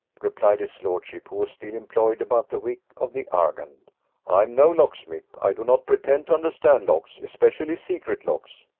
replied his lordship, who was still employed about the wick of the argand i am no locksmith i do not pretend to understand locks especially secret locks.